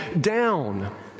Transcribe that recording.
down